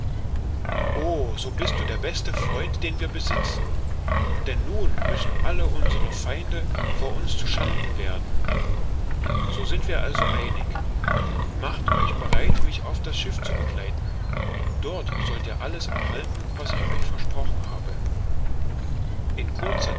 so bist du der beste freund den wir besitzen denn nun müssen alle unsere feinde vor uns zu schanden werden so sind wir also einig macht euch bereit mich auf das schiff zu begleiten dort sollt ihr alles erhalten was ich euch versprochen habe in kurzer